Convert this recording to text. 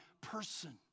person